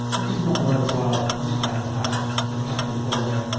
it is not worth while to put down the hatch, said captain fourneau.